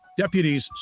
Deputies